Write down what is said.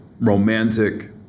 romantic